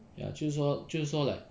ya 就是说就是说 like